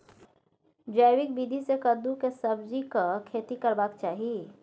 जैविक विधी से कद्दु के सब्जीक खेती करबाक चाही?